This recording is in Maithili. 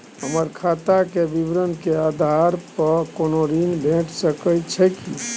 हमर खाता के विवरण के आधार प कोनो ऋण भेट सकै छै की?